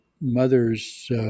mother's